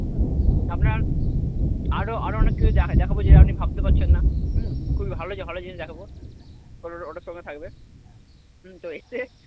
হুম আপনার আরও আরও অনেক কিছু দেখাব যে আপনি ভাবতে পারছেন না হুম খুবই ভালো ভালো জিনিস দেখাব ওটার সঙ্গে থাকবে হুম তো এসে